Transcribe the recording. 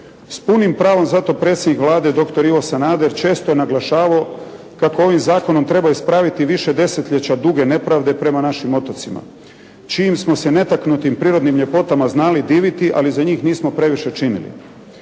S punim pravom zato predsjednik Vlade doktor Ivo Sanader često naglašavao kako ovim zakonom treba ispraviti više desetljeća duge nepravde prema našim otocima čijim smo se netaknutim prirodnim ljepotama znali diviti ali za njih nismo previše činili.